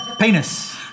Penis